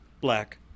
black